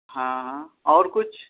ہاں ہاں اور کچھ